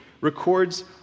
records